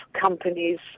companies